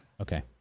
Okay